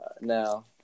now